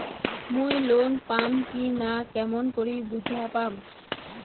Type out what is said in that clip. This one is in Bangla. মুই লোন পাম কি না কেমন করি বুঝা পাম?